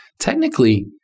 technically